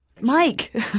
Mike